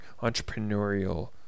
entrepreneurial